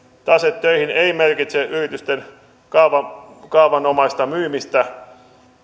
taseet töihin ei merkitse yritysten kaavanomaista myymistä